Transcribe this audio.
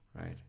Right